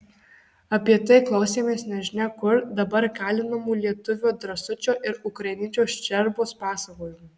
apie tai klausėmės nežinia kur dabar kalinamų lietuvio drąsučio ir ukrainiečio ščerbos pasakojimų